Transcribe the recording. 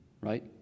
right